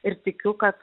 ir tikiu kad